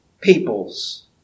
peoples